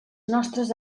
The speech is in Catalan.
nostres